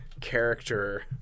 character